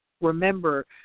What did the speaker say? Remember